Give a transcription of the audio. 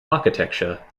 architecture